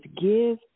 give